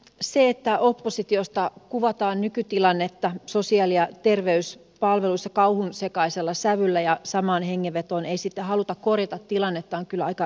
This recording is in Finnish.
se että oppositiosta kuvataan nykytilannetta sosiaali ja terveyspalveluissa kauhunsekaisella sävyllä ja samaan hengenvetoon ei sitten haluta korjata tilannetta on kyllä aika ristiriitaista